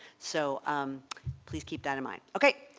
so um please keep that in mind. okay.